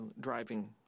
driving